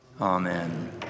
Amen